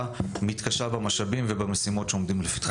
מתקשה במשאבים ובשימות שעומדות לפתיחנו.